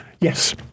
Yes